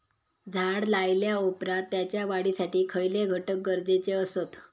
झाड लायल्या ओप्रात त्याच्या वाढीसाठी कसले घटक गरजेचे असत?